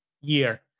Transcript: year